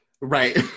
right